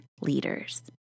leaders